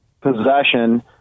possession